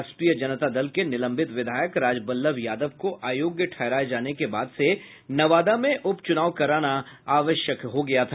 राष्ट्रीय जनता दल के निलंबित विधायक राज बल्लभ यादव को अयोग्य ठहराये जाने के बाद से नवादा में उप चुनाव कराना आवश्यक हो गया था